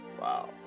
Wow